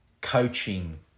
coaching